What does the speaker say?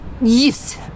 Yes